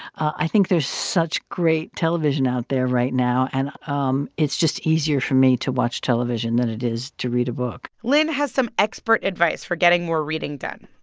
i think there's such great television out there right now. and um it's just easier for me to watch television than it is to read a book lynn has some expert advice for getting more reading done.